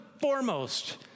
foremost